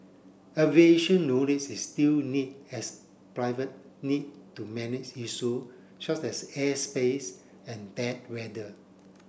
aviation knowledge is still need as private need to manage issue such as airspace and bad weather